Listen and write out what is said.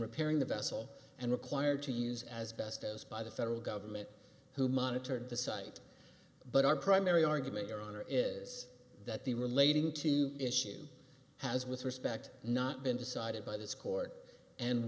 repairing the vessel and required to use as best as by the federal government who monitored the site but our primary argument your honor is that the relating to issue has with respect not been decided by this court and